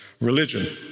religion